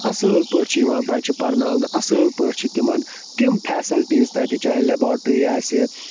اَصٕل پٲٹھۍ چھِ یِوان بَچہٕ پَرناونہٕ اصٕل پٲٹھۍ چھِ تِمَن تِم فٮ۪سَلٹیٖز تَتہِ چاہے لٮ۪بارٹرٛی آسہِ